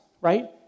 right